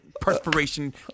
perspiration